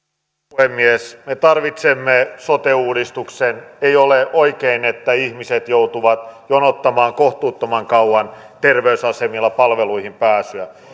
puhemies me tarvitsemme sote uudistuksen ei ole oikein että ihmiset joutuvat jonottamaan kohtuuttoman kauan terveysasemilla palveluihin pääsyä me